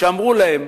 שאמרו להם: